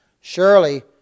Surely